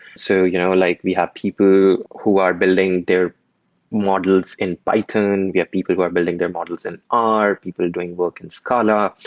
so you know like we have people who are building their models in python. we have people who are building their models in r, people doing work in scala.